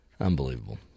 Unbelievable